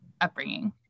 upbringing